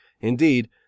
Indeed